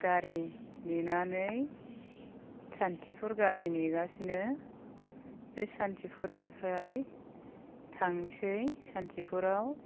गारि नेनानै सानथिफुर गारि नेगासिनो बे सानथिफुरनिफ्राय थांसै सानथिफुराव